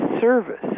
service